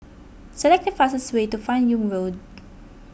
select the fastest way to Fan Yoong Road